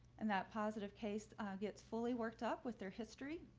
and that positive case gets fully worked up with their history.